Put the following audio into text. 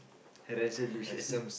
resolution